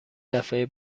دفعه